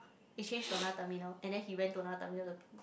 it change to another terminal and then he went to another terminal to